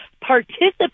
participate